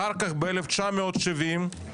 אחר-כך, ב-1970,